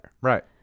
Right